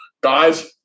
Guys